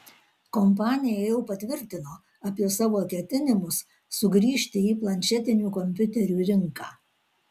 kompanija jau patvirtino apie savo ketinimus sugrįžti į planšetinių kompiuterių rinką